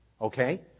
Okay